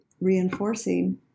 reinforcing